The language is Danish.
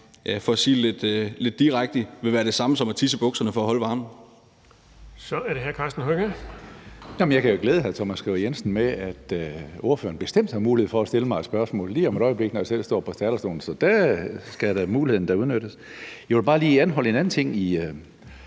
formand (Erling Bonnesen): Så er det hr. Karsten Hønge. Kl. 18:54 Karsten Hønge (SF): Jamen jeg kan jo glæde hr. Thomas Skriver Jensen med, at ordføreren bestemt har mulighed for at stille mig et spørgsmål lige om et øjeblik, når jeg selv står på talerstolen, så der skal muligheden da udnyttes. Jeg vil bare lige anholde en anden ting i